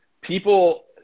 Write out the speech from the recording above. people